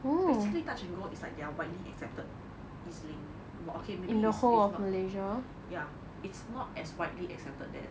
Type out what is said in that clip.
basically touch and go it's like their are widely accepted EZ-link [what] okay maybe is it's not that ya it's not as widely accepted that